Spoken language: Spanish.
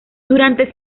durante